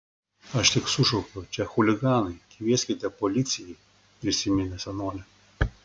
aš tik sušaukiau čia chuliganai kvieskite policijai prisiminė senolė